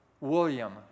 William